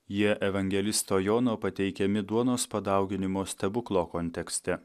jie evangelisto jono pateikiami duonos padauginimo stebuklo kontekste